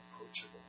approachable